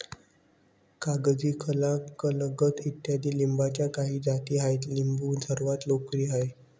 कागजी, काला, गलगल इत्यादी लिंबाच्या काही जाती आहेत लिंबू सर्वात लोकप्रिय आहे